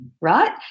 right